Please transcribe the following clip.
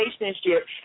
relationship